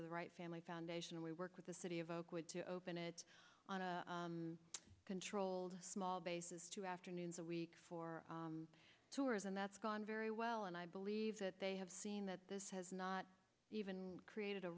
of the right family foundation and we work with the city of oakland to open it on a controlled small basis two afternoons a week for tourism that's gone very well and i believe that they have seen that this has not even created a